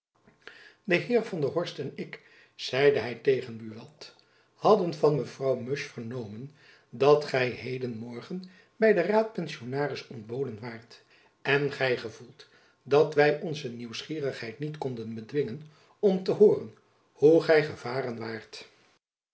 de heer van der horst en ik zeide hy tegen buat hadden van mevrouw musch vernomen dat gy heden morgen by den raadpensionaris ontboden waart en gy gevoelt dat wy onze nieuwsgierigheid niet konden bedwingen om te hooren hoe gy gevaren waart